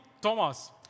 Thomas